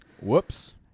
Whoops